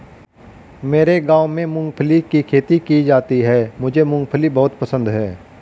मेरे गांव में मूंगफली की खेती की जाती है मुझे मूंगफली बहुत पसंद है